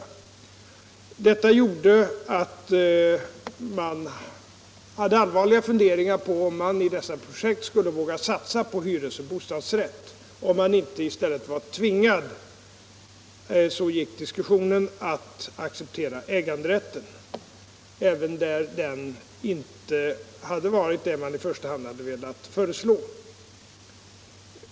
Detta gjorde att man hade allvarliga funderingar på om man i dessa projekt skulle våga satsa på hyresoch bostadsrätt och inte i stället skulle vara tvingad att acceptera äganderätten även i fall, där man inte i första hand hade velat föreslå en sådan upplåtelseform.